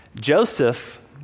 Joseph